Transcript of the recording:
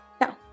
No